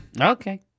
Okay